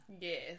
yes